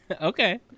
Okay